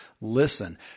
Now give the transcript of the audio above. listen